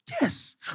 Yes